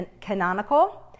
canonical